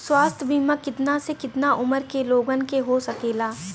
स्वास्थ्य बीमा कितना से कितना उमर के लोगन के हो सकेला?